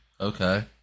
Okay